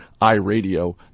iRadio